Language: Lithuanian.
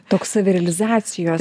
toks savirealizacijos